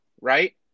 right